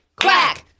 Quack